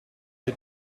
den